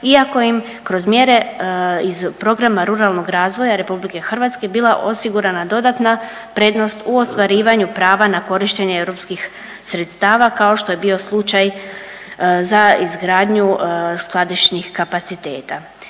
iako im kroz mjere iz programa ruralnog razvoja Republike Hrvatske bila osigurana dodatna prednost u ostvarivanju prava na korištenje europskih sredstava kao što je bio slučaj za izgradnju skladišnih kapaciteta.